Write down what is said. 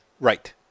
Right